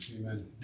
Amen